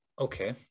Okay